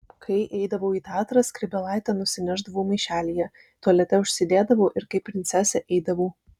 kai eidavau į teatrą skrybėlaitę nusinešdavau maišelyje tualete užsidėdavau ir kaip princesė eidavau